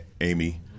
Amy